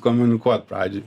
komunikuot pradžioj